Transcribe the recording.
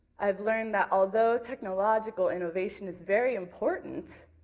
i've learned that although technological innovation is very important,